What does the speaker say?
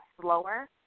slower